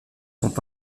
sont